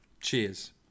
Cheers